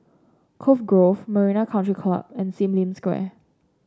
Cove Grove Marina Country Club and Sim Lim Square